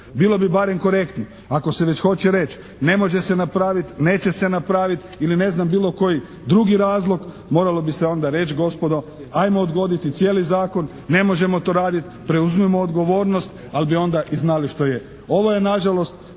Bilo bi barem korektno, ako se već hoće reći, ne može se napraviti, neće se napraviti ili ne znam, bilo koji drugi razlog, moralo bi se onda reći, gospodo, ajmo odgoditi cijeli zakon. Ne možemo to raditi, preuzmimo odgovornost, ali bi onda i znali što je. Ovo je nažalost